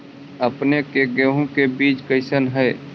अपने के गेहूं के बीज कैसन है?